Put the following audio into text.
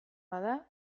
bada